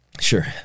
Sure